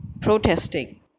protesting